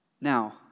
Now